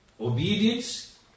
Obedience